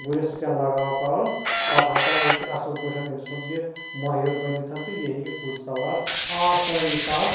گُرِس سۭتٮ۪ن لگاو کَرُن پَتہٕ ہَسا ہیٚکہِ اَصٕل پٲٹھٮ۪ن أمۍ سُنٛد یہِ مٲہر بٔنِتھ تہٕ یہِ ہیٚکہِ گُرۍ سوار آسٲنی سان